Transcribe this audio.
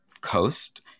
coast